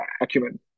acumen